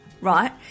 right